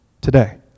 today